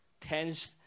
tense